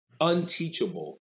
unteachable